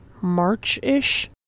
March-ish